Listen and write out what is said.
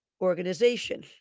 organization